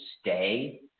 stay